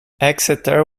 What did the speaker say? exeter